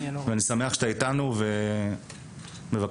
אני שמח שאתה איתנו, בבקשה.